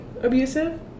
abusive